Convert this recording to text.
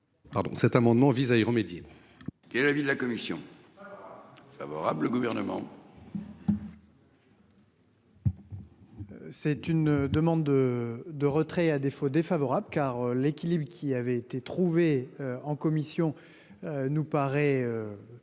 Cet amendement vise à y remédier. Qui est l'avis de la commission. Favorable, le gouvernement. C'est une demande. De retrait à défaut défavorable car l'équilibre qui avait été trouvé en commission. Nous paraît.